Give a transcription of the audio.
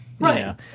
Right